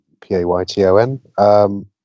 P-A-Y-T-O-N